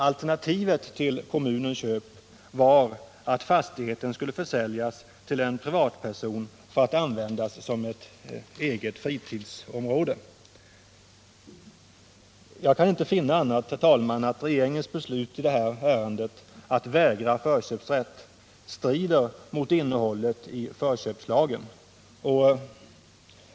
Alternativet till kommunens köp var att fastigheten skulle försäljas till en privatperson för att användas som ett eget fritidsområde. Jag kan inte finna annat än att regeringens beslut i det här ärendet, dvs. att vägra förköpsrätt, strider mot innehållet i förköpslagen.